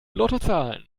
lottozahlen